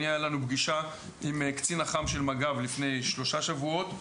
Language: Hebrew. הייתה לנו פגישה עם קצין אח"ם של מג"ב לפני שלושה שבועות,